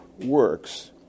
works